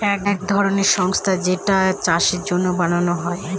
এক ধরনের সংস্থা যেইটা চাষের জন্য বানানো হয়